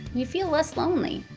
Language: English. you feel less lonely.